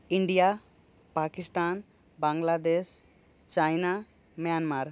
India Pakistan Bangladesh China Myanmar